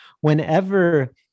whenever